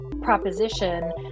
proposition